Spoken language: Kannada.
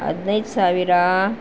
ಹದಿನೈದು ಸಾವಿರ